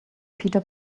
peter